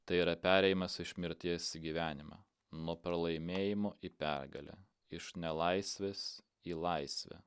tai yra perėjimas iš mirties į gyvenimą nuo pralaimėjimo į pergalę iš nelaisvės į laisvę